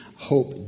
hope